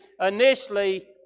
initially